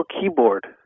keyboard